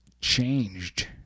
changed